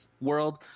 world –